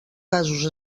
casos